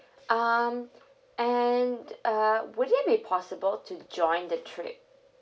um and uh would it be possible to join the trip